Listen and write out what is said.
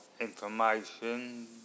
information